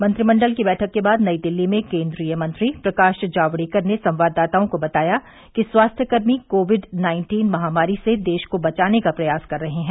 मंत्रिमंडल की बैठक के बाद नई दिल्ली में केंद्रीय मंत्री प्रकाश जावड़ेकर ने संवाददाताओं को बताया कि स्वास्थ्यकर्मी कोविड नाइन्टीन महामारी से देश को बचाने का प्रयास कर रहे हैं